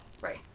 Right